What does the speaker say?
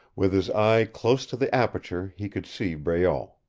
with his eye close to the aperture he could see breault.